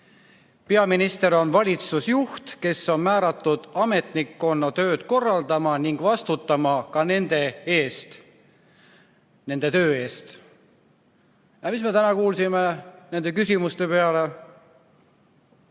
Peaminister on valitsuse juht, kes on määratud ametnikkonna tööd korraldama ning vastutama ka nende töö eest. Aga mida me täna kuulsime nende küsimuste peale?